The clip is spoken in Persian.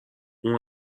اون